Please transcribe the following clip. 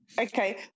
Okay